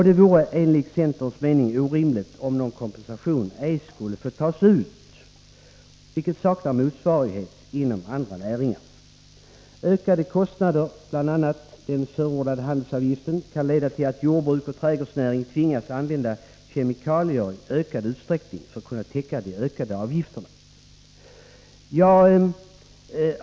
Det vore enligt centerns mening orimligt om någon kompensation ej skulle få tas ut. Det saknar motsvarighet inom andra näringar. Ökade kostnader, bl.a. den föreslagna handelsgödselavgiften, kan leda till att jordbruk och trädgårdsnäring tvingas använda kemikalier i ökad utsträckning för att kunna täcka de ökade utgifterna.